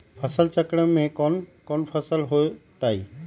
फसल चक्रण में कौन कौन फसल हो ताई?